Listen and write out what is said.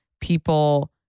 people